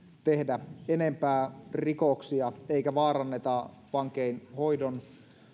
tehdä enempää rikoksia eikä vaaranneta vankeinhoidon